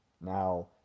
Now